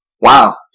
Wow